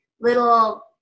little